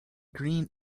green